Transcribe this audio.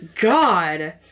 God